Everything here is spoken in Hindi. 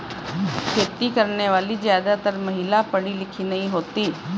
खेती करने वाली ज्यादातर महिला पढ़ी लिखी नहीं होती